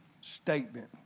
statement